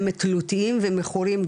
הם תלותיים ומכורים,